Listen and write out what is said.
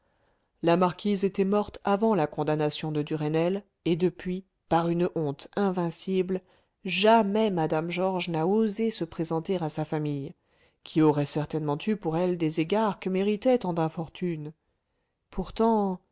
la marquise était morte avant la condamnation de duresnel et depuis par une honte invincible jamais mme georges n'a osé se présenter à sa famille qui aurait certainement eu pour elle des égards que méritaient tant d'infortunes pourtant